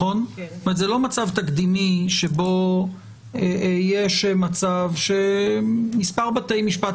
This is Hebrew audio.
זה לא מצב תקדימי שבו יש מצב שמספר בתי משפט,